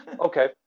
okay